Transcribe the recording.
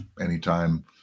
anytime